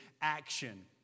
action